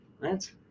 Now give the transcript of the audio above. right